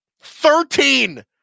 Thirteen